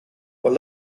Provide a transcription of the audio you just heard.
were